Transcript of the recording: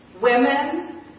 Women